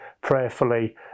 prayerfully